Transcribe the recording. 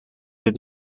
with